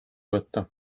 võtta